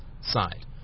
side